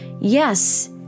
Yes